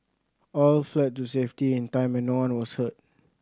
all fled to safety in time and no one was hurt